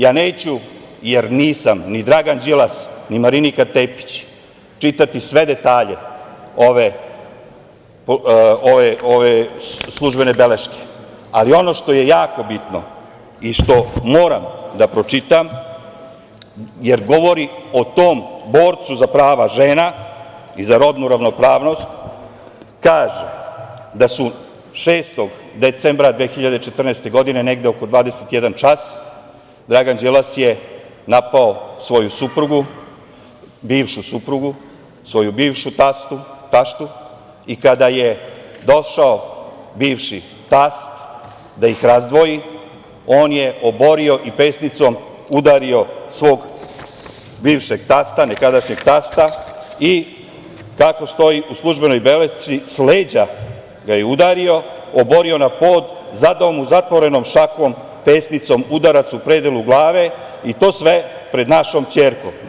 Ja neću, jer nisam ni Dragan Đilas, ni Marinika Tepić, čitati sve detalje ove službene beleške, ali ono što je jako bitno i što moram da pročitam, jer govori o tom borcu za prava žena i za rodnu ravnopravnost, kaže – da su 6. decembra 2014. godine, negde oko 21 čas, Dragan Đilas je napao svoju suprugu, bivšu suprugu, svoju bivšu taštu i kada je došao bivši tast da ih razdvoji on je oborio i pesnicom udario svog bivšeg tasta, nekadašnjeg tasta i kako stoji u službenoj belešci, s leđa ga je udario, oborio na pod, zadao mu zatvorenom šakom, pesnicom udarac u predelu glave i to sve pred našom ćerkom.